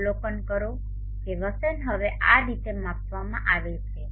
અવલોકન કરો કે વસેન હવે આ રીતે માપવામાં આવે છે